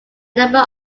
number